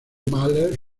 mahler